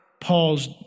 Paul's